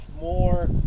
more